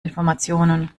informationen